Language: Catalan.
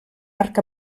arc